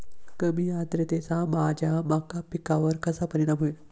कमी आर्द्रतेचा माझ्या मका पिकावर कसा परिणाम होईल?